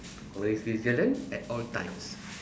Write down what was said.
always vigilant at all times